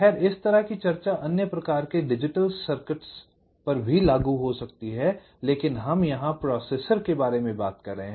खैर इसी तरह की चर्चा अन्य प्रकार के डिजिटल सर्किटों पर भी लागू हो सकती है लेकिन हम यहाँ प्रोसेसर के बारे में बात कर रहे हैं